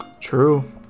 True